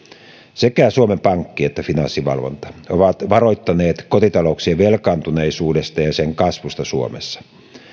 sekä suomen pankki että finanssivalvonta ovat varoittaneet kotitalouksien velkaantuneisuudesta ja sen kasvusta suomessa